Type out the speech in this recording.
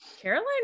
Caroline